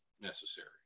necessary